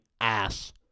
ass